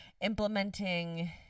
implementing